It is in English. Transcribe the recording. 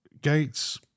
Gates